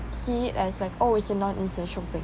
see it as like oh it's a non essential thing